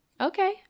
Okay